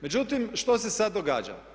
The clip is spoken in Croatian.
Međutim, što se sad događa?